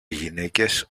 γυναίκες